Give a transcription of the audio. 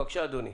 בבקשה אדוני.